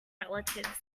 relative